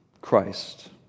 Christ